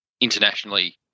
internationally